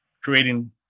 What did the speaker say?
creating